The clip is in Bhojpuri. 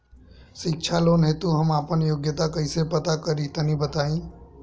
शिक्षा लोन हेतु हम आपन योग्यता कइसे पता करि तनि बताई?